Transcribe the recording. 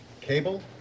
Cable